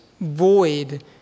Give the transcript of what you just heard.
void